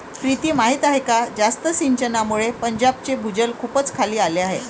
प्रीती माहीत आहे का जास्त सिंचनामुळे पंजाबचे भूजल खूपच खाली आले आहे